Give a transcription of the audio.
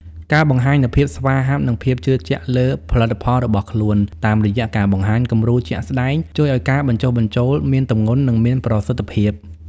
ការបង្ហាញនូវភាពស្វាហាប់ និងភាពជឿជាក់លើផលិតផលរបស់ខ្លួន តាមរយៈការបង្ហាញគំរូជាក់ស្ដែង ជួយឱ្យការបញ្ចុះបញ្ចូលមានទម្ងន់ និងមានប្រសិទ្ធភាព។